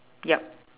yup